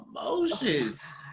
emotions